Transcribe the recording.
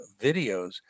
videos